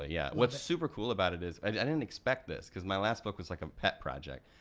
ah yeah, what's super cool about it is, i didn't expect this because my last book was like a pet project.